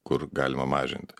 kur galima mažinti